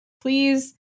Please